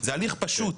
זה הליך פשוט.